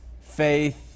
faith